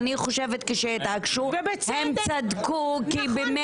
אני חושבת שהם צדקו שהתעקשו כי באמת זה צריך להיות בוועדת החוקה.